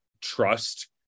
trust